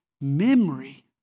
memory